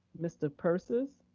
mr. persis.